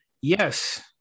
yes